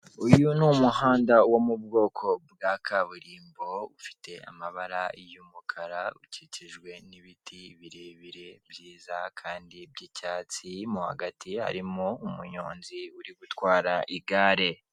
Uyu ni umuhanda wo mu bwoko bwa kaburimbo, ufite amabara y'umukara ukikijwe nibiti birebire byiza kandi by'icyatsi mo hagati harimo umunyonzi uri gutwara igare.